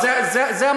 אז זה המצב,